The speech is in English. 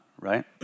right